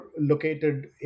located